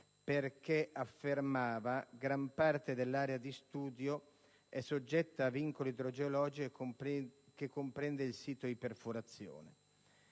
perché affermava che gran parte dell'area di studio è soggetta a vincoli idrogeologici, compreso il sito di perforazione.